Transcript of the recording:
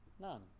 None